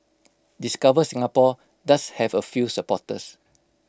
discover Singapore does have A few supporters